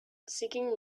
seeking